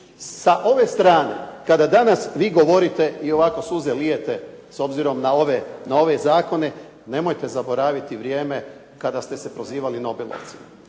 sa ove strane kada danas vi govorite i ovako suze lijete, s obzirom na ove zakone, nemojte zaboraviti vrijeme kada ste se prozivali nobelovcem.